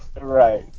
Right